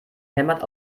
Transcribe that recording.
hämmert